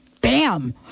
bam